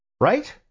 Right